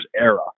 era